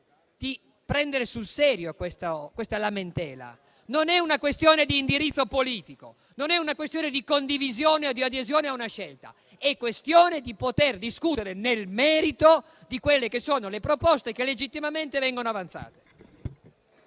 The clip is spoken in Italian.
di prendere sul serio questa lamentela. Non è una questione di indirizzo politico, di condivisione o adesione a una scelta: è questione di poter discutere nel merito le proposte che legittimamente vengono avanzate.